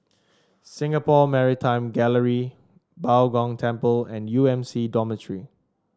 Singapore Maritime Gallery Bao Gong Temple and U M C Dormitory